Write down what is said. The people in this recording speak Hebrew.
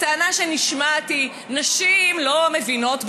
הטענה שנשמעת היא: נשים לא מבינות בהלכה,